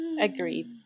agreed